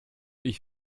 ich